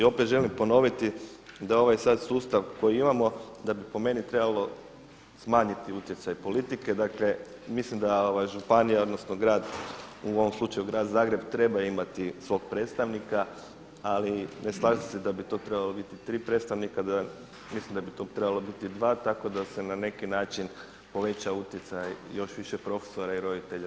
I opet želim ponoviti da ovaj sad sustav koji imamo da bi po meni trebalo smanjiti utjecaj politike, dakle mislim da županija odnosno grad, u ovom slučaju Grad Zagreb treba imati svog predstavnika ali ne slažem se da bi to trebala biti tri predstavnika, mislim da bi to trebala biti dva tako da se na neki način poveća utjecaj još više roditelja i profesora za izbor ravnatelja.